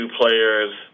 players